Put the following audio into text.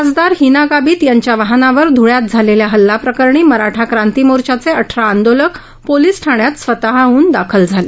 खासदार हिना गाबित यांच्या वाहनावर धुळ्यात झालेल्या हल्ला प्रकरणी मराठा क्रान्ती मोर्च्याचे अठरा आंदोलक पोलीस ठाण्यात स्वतःहोऊन दाखल झाले